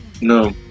No